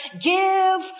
Give